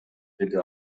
деди